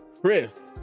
chris